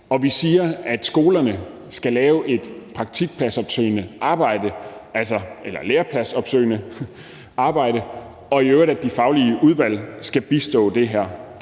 vi siger, at skolerne skal lave et lærepladsopsøgende arbejde, og i øvrigt at de faglige udvalg skal bistå med det her.